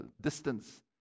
distance